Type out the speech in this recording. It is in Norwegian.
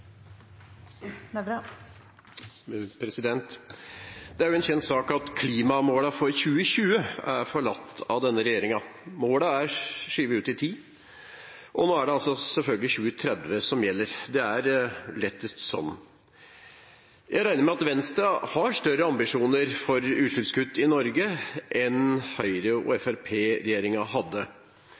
en kjent sak at klimamålene for 2020 er forlatt av denne regjeringen. Målene er skjøvet ut i tid, og nå gjelder selvfølgelig 2030. Det er lettest slik. Jeg regner med at Venstre har større ambisjoner for utslippskutt i Norge enn det Høyre–Fremskrittsparti-regjeringen hadde.